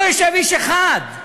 פה יושב איש אחד.